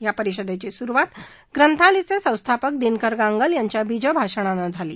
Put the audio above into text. या परिषदेची सुरुवात ग्रंथालीचे संस्थापक दिनकर गांगल यांच्या बीज भाषणान झाली